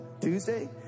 tuesday